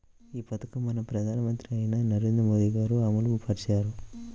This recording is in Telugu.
ఈ పథకాన్ని మన ప్రధానమంత్రి అయిన నరేంద్ర మోదీ గారు అమలు పరిచారు